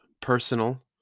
personal